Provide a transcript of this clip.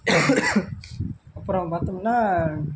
அப்புறம் பார்த்தோம்னா